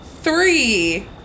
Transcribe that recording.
three